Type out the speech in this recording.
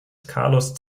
carlos